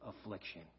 affliction